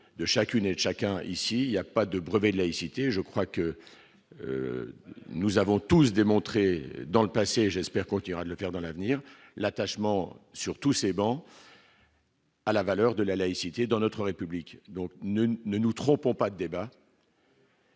de chacune et chacun, ici, il y a pas de brevet de laïcité, je crois que nous avons tous démontré dans le passé j'espère continuer de le faire dans l'avenir l'attachement sur tous ces bancs. à la valeur de la laïcité dans notre République, donc ne ne, ne nous trompons pas débat.